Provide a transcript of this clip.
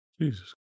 Jesus